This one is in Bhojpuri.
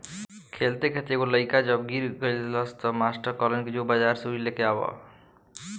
खेलते खेलते एगो लइका जब गिर गइलस त मास्टर कहलन कि जो बाजार से रुई लेके आवा